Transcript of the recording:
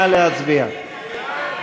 נא להצביע.